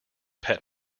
pet